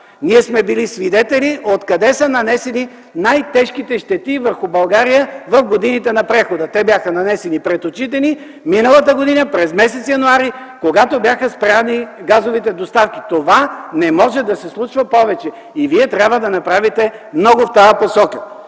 Ние сме били свидетели откъде бяха нанесени най-тежките щети върху България в годините на прехода. Те бяха нанесени пред очите ни през м. януари миналата година, когато бяха спрени газовите доставки. Това повече не може да се случва и Вие трябва да направите много в тази посока.